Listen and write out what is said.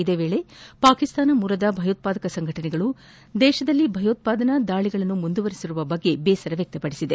ಇದೇ ವೇಳೆ ಪಾಕಿಸ್ತಾನ ಮೂಲದ ಭಯೋತ್ವಾದಕ ಸಂಘಟನೆಗಳು ದೇಶದಲ್ಲಿ ಭಯೋತ್ವಾದನಾ ದಾಳಿಗಳನ್ನು ಮುಂದುವರಿಸಿರುವ ಕುರಿತು ಬೇಸರ ವ್ಯಕ್ತಪಡಿಸಿದೆ